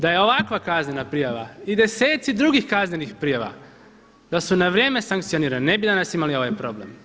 Da je ovakva kaznena prijava i desetci drugih kaznenih prijava da su na vrijeme sankcionirani ne bi danas imali ovaj problem.